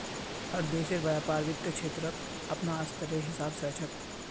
हर देशेर व्यापार वित्त क्षेत्रक अपनार स्तरेर हिसाब स ह छेक